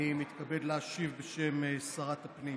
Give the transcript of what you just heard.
אני מתכבד להשיב בשם שרת הפנים.